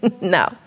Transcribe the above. No